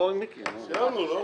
נמנעים אין הבקשה לדיון מחדש נתקבלה.